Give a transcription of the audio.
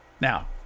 Now